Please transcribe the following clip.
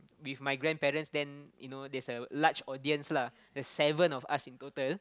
with my grandparents then you know there is a large audience lah there's seven of us in total